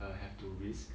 uh have to risk